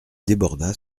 déborda